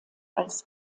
als